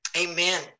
Amen